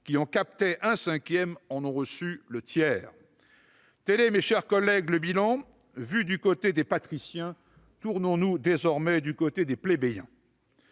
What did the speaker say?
qui en captaient un cinquième, en ont reçu le tiers. Tel est, mes chers collègues, le bilan vu du côté des patriciens ; tournons-nous désormais du côté des plébéiens.